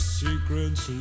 secrets